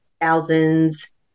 thousands